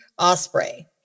Osprey